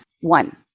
one